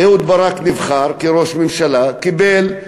אהוד ברק נבחר לראש הממשלה, קיבל,